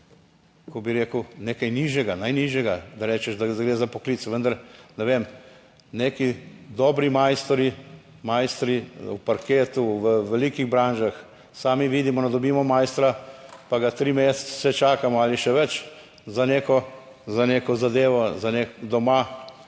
Kako bi rekel, nekaj nižjega, najnižjega, da rečeš, da gre za poklic, vendar ne vem, neki dobri mojstri, mojstri v parketu, v velikih branžah, sami vidimo, da dobimo mojstra, pa ga tri mesece čakamo ali še več, za neko, za neko zadevo,